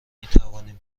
میتوانیم